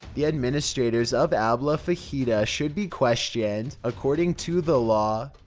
the administrators of abla fahita should be questioned according to the law,